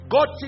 God